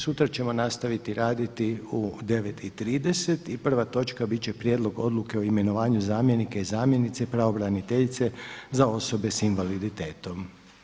Sutra ćemo nastaviti raditi u 9,30 i prva točka bit će: prijedlog Odluke o imenovanju zamjenika i zamjenice pravobraniteljice za osobe s invaliditetom.